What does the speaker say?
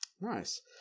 Nice